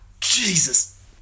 Jesus